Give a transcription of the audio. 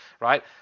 right